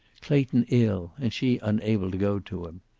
clayton ill, and she unable to go to him.